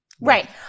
Right